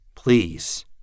Please